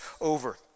over